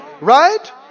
right